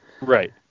Right